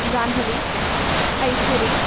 Jahnavi ऐसिरी